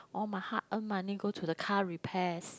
all my hard earn money go to the car repairs